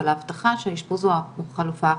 והבטחה שהאשפוז הוא החלופה האחרונה.